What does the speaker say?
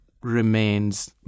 remains